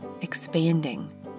expanding